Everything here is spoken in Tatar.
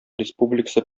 республикасы